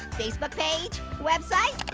facebook page, website,